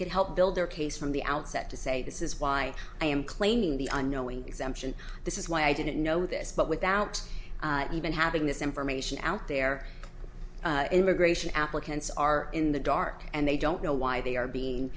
could help build their case from the outset to say this is why i am claiming the unknowing exemption this is why i didn't know this but without even having this information out there immigration applicants are in the dark and they don't know why they are being